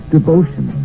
Devotion